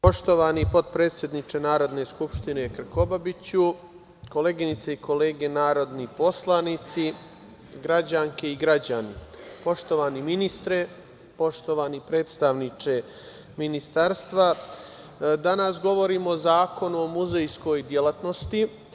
Poštovani potpredsedniče Narodne skupštine Krkobabiću, koleginice i kolege narodni poslanici, građanke i građani, poštovani ministre, poštovani predstavniče Ministarstva, danas govorimo o Zakonu o muzejskoj delatnosti.